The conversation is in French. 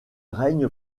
règne